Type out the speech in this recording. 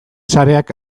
sareak